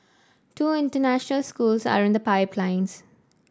two international schools are in the pipeline